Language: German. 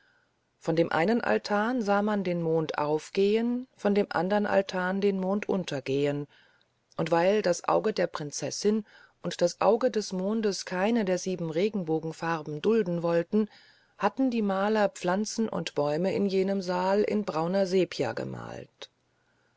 von dem einen altan sah man den mond aufgehen von dem andern altan den mond untergehen und weil das auge der prinzessin und das auge des mondes keine der sieben regenbogenfarben dulden wollten hatten die maler pflanzen und bäume in jeden saal mit brauner sepia gemalt